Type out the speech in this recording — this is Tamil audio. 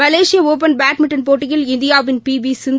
மலேசிய ஒபன் பேட்மின்டன் போட்டியில் இந்தியாவின் பி வி சிந்து